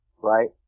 Right